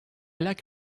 like